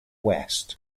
west